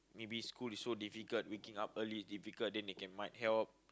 maybe school is so difficult waking up early difficult then they can might help